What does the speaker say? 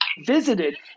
visited